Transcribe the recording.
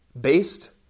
based